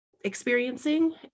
experiencing